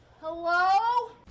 Hello